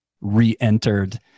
re-entered